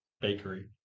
bakery